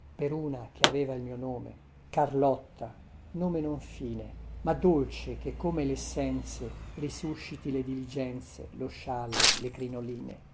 per una che aveva il mio nome v carlotta nome non fine ma dolce che come lessenze resusciti le diligenze lo scialle la